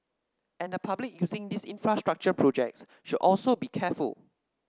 and the public using these infrastructure projects should also be careful